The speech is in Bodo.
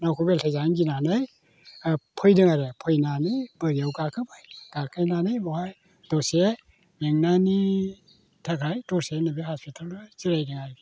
नावखौ बेलथाय जानो गिनानै फैदों आरो फैनानै बोरियाव गाखोबाय गाखोनानै बावहाय दसे मेंनायनि थाखाय दसे नैबे हस्पिटालाव दसे जिरायदों आरोखि